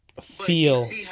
feel